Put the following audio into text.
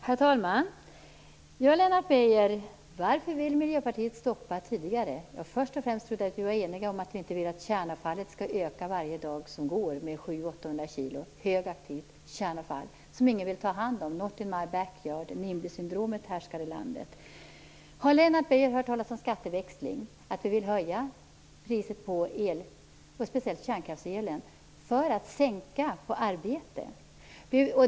Herr talman! Lennart Beijer! Varför vill Miljöpartiet avveckla tidigare? Först och främst trodde jag att vi var eniga om att vi inte vill att kärnavfallet skall öka varje dag som går med 700-800 kg. Det är högaktivt kärnavfall som ingen vill ta hand om. Man säger: not in my backyard. NIMB-syndromet härskar i landet. Har Lennart Beijer hört talas om skatteväxling? Vi vill höja priset på el, speciellt på kärnkraftselen för att kunna sänka skatten på arbete.